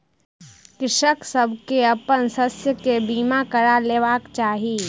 कृषक सभ के अपन शस्य के बीमा करा लेबाक चाही